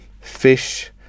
fish